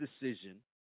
decision